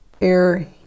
Air